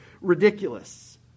ridiculous